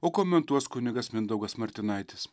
o komentuos kunigas mindaugas martinaitis